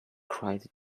cried